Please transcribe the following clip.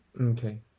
Okay